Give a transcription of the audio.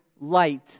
light